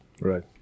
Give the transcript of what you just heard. right